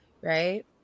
right